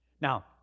Now